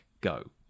go